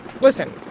listen